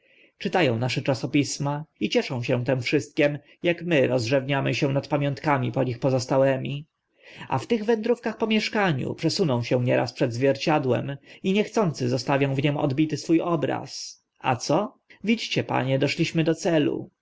ą nasze rękopisma i cieszą się tym wszystkim ak my rozrzewniamy się nad pamiątkami po nich pozostałymi a w tych wędrówkach po mieszkaniu przesuną się nieraz przed zwierciadłem i niechcący zostawią w nim odbity swó obraz a co widzicie panie doszliśmy do celu